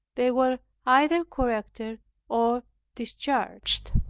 they were either corrected or discharged.